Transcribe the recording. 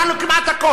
הוא נתן לו כמעט הכול,